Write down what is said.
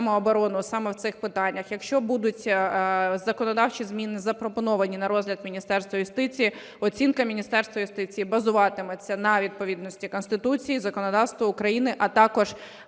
саме в цих питаннях. Якщо будуть законодавчі зміни запропоновані на розгляд Міністерства юстиції, оцінка Міністерства юстиції базуватиметься на відповідності Конституції, законодавству України, а також